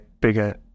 bigger